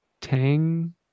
tang